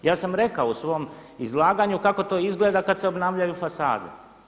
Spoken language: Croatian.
Ja sam rekao u svom izlaganju kako to izgleda kad se obnavljaju fasade.